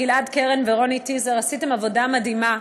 גלעד קרן ורוני טיסר עשיתם עבודה מדהימה,